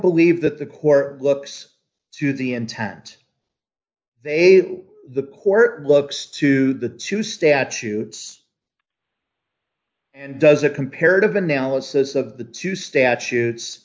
believe that the core looks to the intent they the court looks to the two statutes and does a comparative analysis of the two statutes